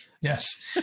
Yes